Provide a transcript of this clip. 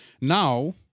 now